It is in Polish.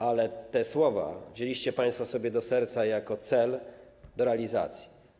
Ale te słowa wzięliście państwo sobie do serca jako cel do realizacji.